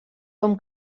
com